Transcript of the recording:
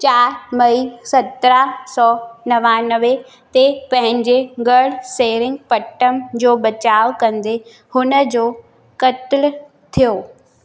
चार मई सत्रहं सौ नवानवें ते पंहिंजे गढ़ सेरिंगपट्टम जो बचाउ कंदे हुन जो कत्ल थियो